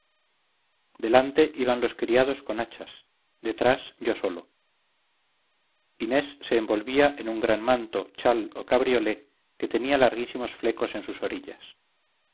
delante iban los criados con hachas detrás yo solo inés se envolvía en un gran manto chal o cabriolé que tenía larguísimos flecos en sus orillas